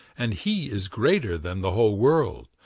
and he is greater than the whole world,